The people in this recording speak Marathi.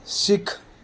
सिख